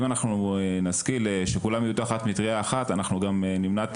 אם נשכיל שכולם יהיו תחת מטריה אחת נמנע את